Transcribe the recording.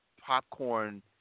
popcorn